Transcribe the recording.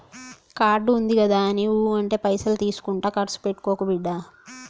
card ఉందిగదాని ఊ అంటే పైసలు తీసుకుంట కర్సు పెట్టుకోకు బిడ్డా